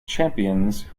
champions